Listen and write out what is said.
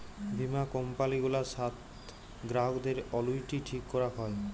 বীমা কম্পালি গুলার সাথ গ্রাহকদের অলুইটি ঠিক ক্যরাক হ্যয়